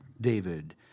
David